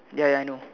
ya ya I know